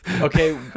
Okay